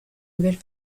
nouvelle